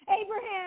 Abraham